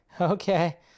Okay